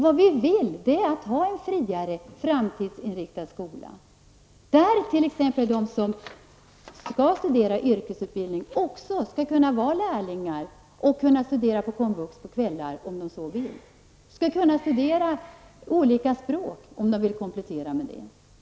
Det vi vill ha är en friare, framtidsinriktad skola där t.ex. de som går yrkesutbildning också skall kunna vara lärlingar och studera på komvux på kvällar om de så vill. De skall kunna studera olika språk om de vill komplettera med dessa ämnen.